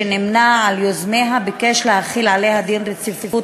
שנמנה עם יוזמיה, ביקש להחיל עליה דין רציפות